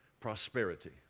Prosperity